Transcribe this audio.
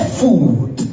food